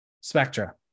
spectra